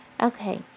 Okay